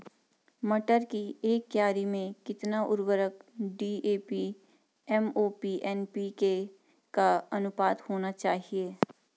मटर की एक क्यारी में कितना उर्वरक डी.ए.पी एम.ओ.पी एन.पी.के का अनुपात होना चाहिए?